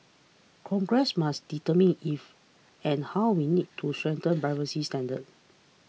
congress must determine if and how we need to strengthen privacy standards